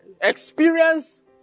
experience